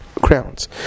crowns